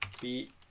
the